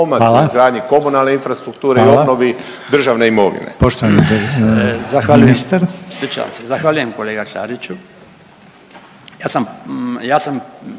(HDZ)** Hvala. Hvala.